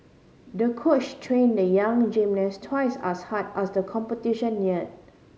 the coach trained the young gymnast twice as hard as the competition neared